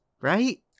right